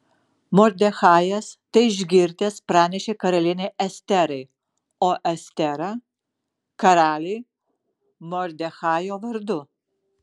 mordechajas tai išgirdęs pranešė karalienei esterai o estera karaliui mordechajo vardu